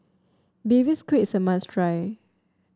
Baby Squid is a must try